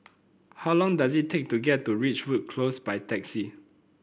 how long does it take to get to Ridgewood Close by taxi